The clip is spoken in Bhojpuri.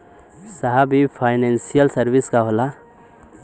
साहब इ फानेंसइयल सर्विस का होला?